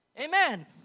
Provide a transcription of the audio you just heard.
Amen